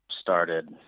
started